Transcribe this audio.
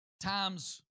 times